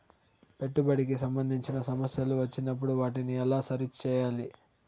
పెట్టుబడికి సంబంధించిన సమస్యలు వచ్చినప్పుడు వాటిని ఎలా సరి చేయాలి?